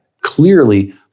clearly